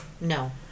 no